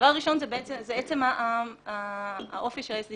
הדבר הראשון, זה עצם האופי של ה- SDGsעצמם.